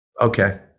okay